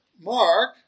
Mark